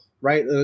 right